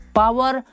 power